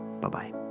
Bye-bye